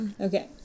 Okay